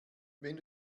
wenn